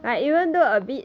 ah